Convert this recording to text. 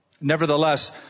Nevertheless